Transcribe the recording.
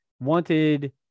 wanted